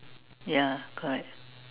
ya correct